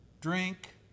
drink